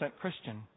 Christian